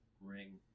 ring